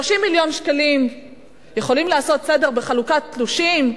30 מיליון שקלים יכולים לעשות סדר בחלוקת תלושים.